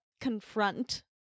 confront